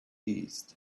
east